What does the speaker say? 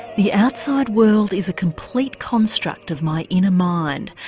the outside world is a complete construct of my inner mind.